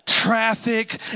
traffic